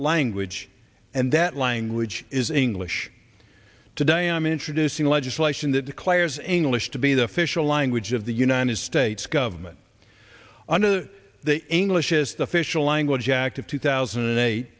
language and that language is english today i'm introducing legislation that declares a english to be the official language of the united states government under the english is the official language act of two thousand and eight